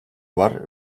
var